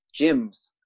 gyms